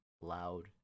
loud